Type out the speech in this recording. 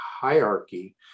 hierarchy